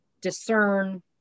discern